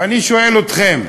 ואני שואל אתכם: